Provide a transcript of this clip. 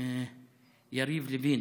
יריב לוין,